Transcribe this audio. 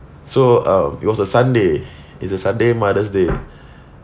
so uh it was a sunday it's a sunday mother's day